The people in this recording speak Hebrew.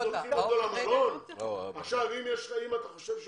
אם אתה חושב שהוא